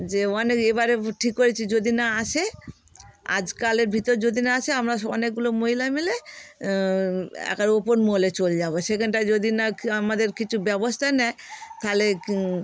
যে অনেক এবারে ঠিক করেছি যদি না আসে আজ কালের ভিতর যদি না আসে আমরা অনেকগুলো মহিলা মিলে একার ওপর মলে চলে যাবো সেখানটা যদি না আমাদের কিছু ব্যবস্থা নেয় তাহলে